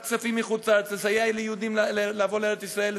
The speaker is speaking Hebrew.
כספים מחוץ-לארץ כדי לסייע ליהודים לבוא לארץ-ישראל,